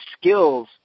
skills